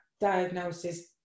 diagnosis